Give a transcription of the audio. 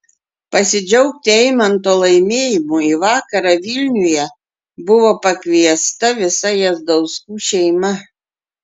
pasidžiaugti eimanto laimėjimu į vakarą vilniuje buvo pakviesta visa jazdauskų šeima